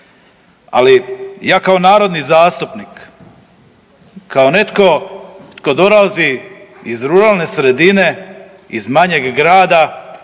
Ali ja kao narodni zastupnik, kao netko tko dolazi iz ruralne sredine, iz manjeg grada